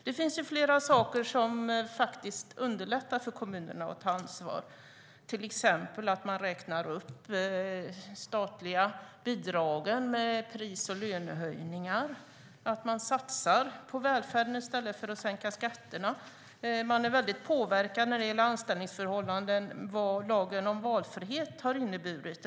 Det finns flera saker som underlättar för kommunerna att ta ansvar, till exempel att man räknar upp de statliga bidragen med pris och lönehöjningar och att man satsar på välfärden i stället för att sänka skatterna. När det gäller anställningsförhållanden är man väldigt påverkad av vad lagen om valfrihet har inneburit.